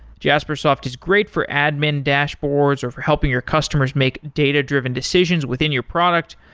jaspersoft is great for admin dashboards or for helping your customers make data-driven decisions within your product,